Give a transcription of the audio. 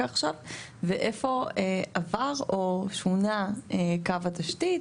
עכשיו ואיפה עבר או שונה קו התשתית.